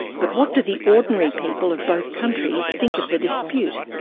but what do the ordinary people of both countries think of the dispute?